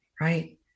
right